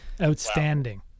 outstanding